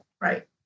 right